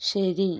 ശരി